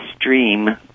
stream